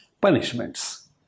punishments